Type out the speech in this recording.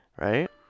right